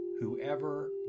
whoever